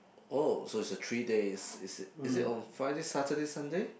oh so is a three days is it is it on Friday Saturday Sunday